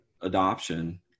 adoption